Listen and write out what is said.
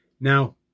Now